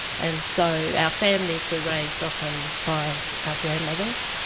and so, our families were raised often by our grandmothers.